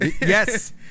Yes